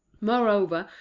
moreover,